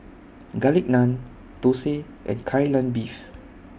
Garlic Naan Thosai and Kai Lan Beef